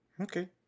Okay